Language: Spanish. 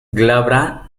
glabra